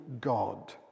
God